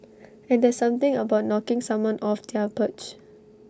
and there's something about knocking someone off their perch